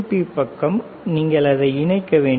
B பக்கம் நீங்கள் அதை இணைக்க வேண்டும்